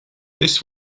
this